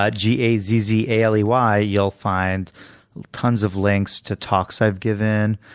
ah g a z z a l e y, you'll find tons of links to talks i've given,